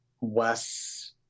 wes